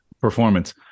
performance